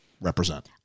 represent